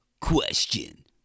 Question